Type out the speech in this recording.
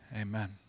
amen